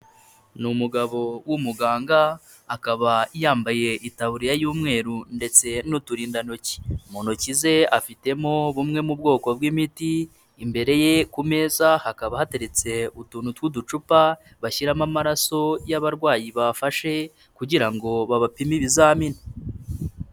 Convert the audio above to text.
Ni umugabo w'umuganga akaba yambaye itaburiya y'umweru ndetse n'uturindantoki mu ntoki ze afitemo bumwe mu bwoko bw'imiti imbere ye ku meza hakaba hateretse utuntu tw'uducupa bashyiramo amaraso y'abarwayi bafashe kugira ngo babapime ibizamini.